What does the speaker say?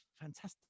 fantastic